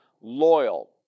loyal